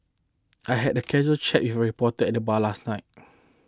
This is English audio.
I had a casual chat with reporter at bar last night